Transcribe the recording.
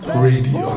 radio